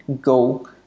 go